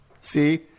See